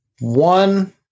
one